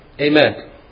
amen